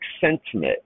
sentiment